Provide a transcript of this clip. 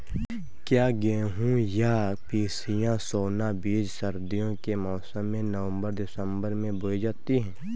क्या गेहूँ या पिसिया सोना बीज सर्दियों के मौसम में नवम्बर दिसम्बर में बोई जाती है?